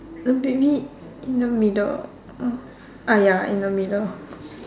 maybe in the middle uh ah ya in the middle